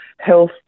health